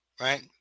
right